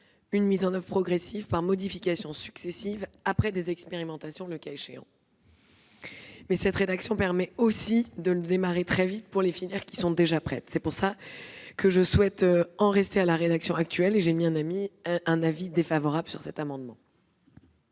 une mise en oeuvre progressive par modifications successives, après des expérimentations le cas échéant. Cette rédaction permet aussi de démarrer très vite pour les filières qui sont déjà prêtes. C'est pour cette raison que je souhaite en rester à la rédaction actuelle. L'avis est donc défavorable sur l'amendement